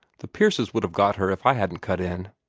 the pierces would have got her if i hadn't cut in.